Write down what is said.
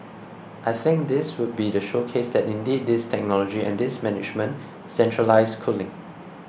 I think this would be the showcase that indeed this technology and this management centralised cooling